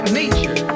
nature